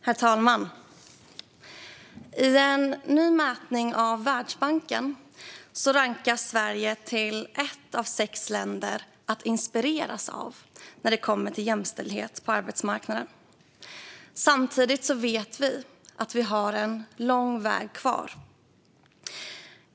Herr talman! I en ny mätning av Världsbanken rankas Sverige som ett av sex länder att inspireras av när det kommer till jämställdhet på arbetsmarknaden. Samtidigt vet vi att vi har en lång väg kvar.